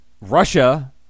Russia